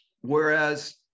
Whereas